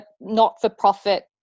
not-for-profit